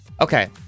Okay